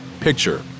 picture